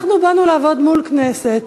אנחנו באנו לעבוד מול כנסת,